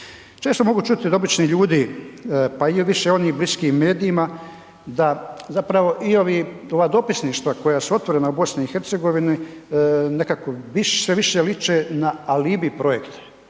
Često mogu čuti od običnih ljudi, pa je više onih bliskih medijima da zapravo i ovi, ova dopisništva koja su otvorena u BiH nekako sve više liče na alibi projekte,